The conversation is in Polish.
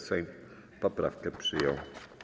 Sejm poprawkę przyjął.